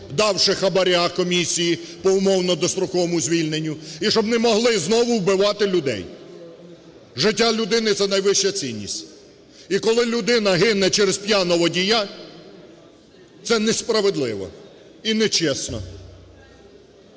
давши хабара комісії, по умовно-достроковому звільненню і щоб не могли знову вбивати людей. Життя людини – це найвища цінність. І коли людина гине через п'яного водія – це несправедливо і не чесно.